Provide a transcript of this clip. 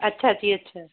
ਅੱਛਾ ਜੀ ਅੱਛਾ